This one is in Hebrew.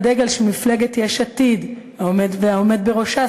הדגל של מפלגת יש עתיד והעומד בראשה,